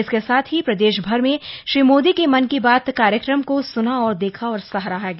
इसके साथ ही प्रदेश भर में श्री मोदी के मन की बात कार्यक्रम को सुना देखा और सराहा गया